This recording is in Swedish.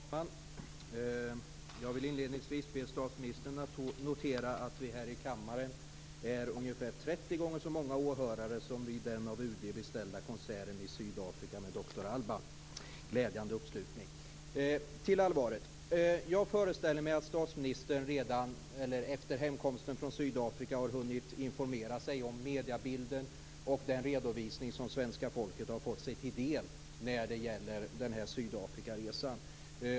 Herr talman! Jag vill inledningsvis be statsministern notera att vi här i kammaren är ungefär 30 gånger så många åhörare som vid den av UD beställda konserten i Sydafrika med Doktor Alban. Det är en glädjande uppslutning! Till allvaret: Jag föreställer mig att statsministern efter hemkomsten från Sydafrika har hunnit informera sig om mediebilden och den redovisning som svenska folket har fått sig till del när det gäller Sydafrikaresan.